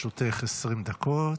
לרשותך 20 דקות.